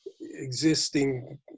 existing